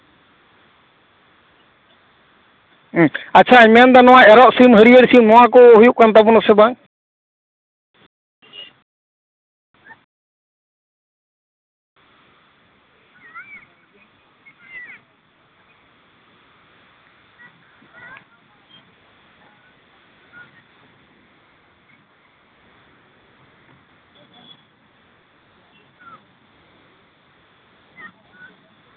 ᱦᱩᱸ ᱟᱪᱪᱷᱟᱧ ᱢᱮᱱᱮᱫᱟ ᱮᱨᱚᱜ ᱥᱤᱢ ᱦᱟᱹᱨᱭᱟᱹᱲ ᱥᱤᱢ ᱱᱚᱣᱟ ᱠᱚᱫᱚ ᱦᱩᱭᱩᱜ ᱠᱟᱱ ᱛᱟᱵᱚᱱᱟ ᱥᱮ ᱵᱟᱝ